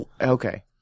Okay